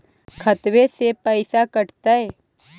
खतबे से पैसबा कटतय?